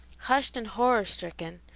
hushed and horror-stricken,